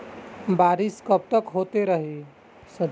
बरिस कबतक होते रही?